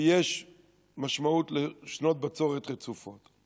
יש משמעות לשנות בצורת רצופות.